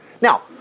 Now